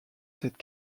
cette